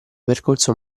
percorso